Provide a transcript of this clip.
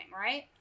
right